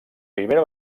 primera